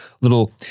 little